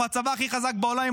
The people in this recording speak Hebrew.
אנחנו הצבא הכי חזק בעולם,